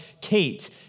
Kate